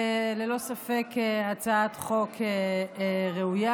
ללא ספק זו הצעת חוק ראויה.